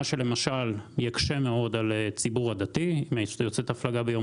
זה יקשה על הציבור הדתי אם יוצאת הפלגה ביום